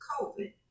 COVID